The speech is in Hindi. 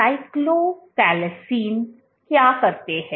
साइटोकैलासिन क्या करते हैं